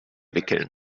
wickeln